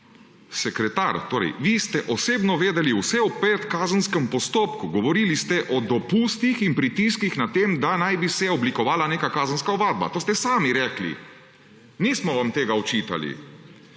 Sekretar torej vi ste osebno vedeli vse o predkazenskem postopku. Govorili ste o dopustih in pritiskih na tem, da naj bi se oblikovala neka kazenska ovadba to ste sami rekli. Nismo vam tega očitali.